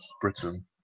Britain